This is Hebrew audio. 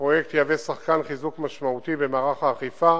הפרויקט יהווה שחקן חיזוק משמעותי במערך האכיפה